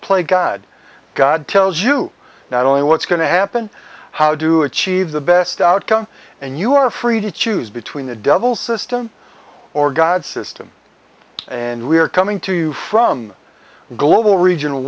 play god god tells you not only what's going to happen how do achieve the best outcome and you are free to choose between the devil system or god system and we're coming to you from global region